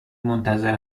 منتظر